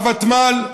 הוותמ"ל,